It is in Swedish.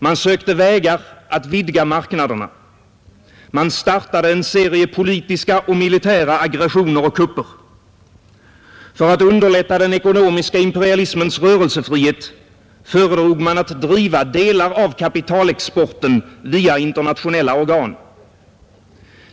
Man sökte vägar att vidga marknaderna. Man startade en serie politiska och militära aggressioner och kupper. För att underlätta den ekonomiska imperialismens rörelsefrihet föredrog man att driva delar av kapitalexporten via internationella organ.